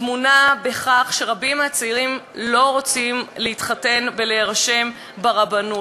טמונה בכך שרבים מהצעירים לא רוצים להתחתן ולהירשם ברבנות,